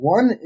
One